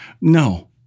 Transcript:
No